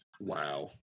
Wow